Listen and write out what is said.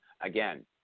again